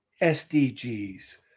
SDGs